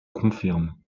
confirme